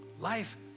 life